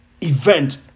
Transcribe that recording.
event